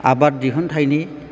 आबाद दिहुनथायनि